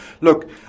Look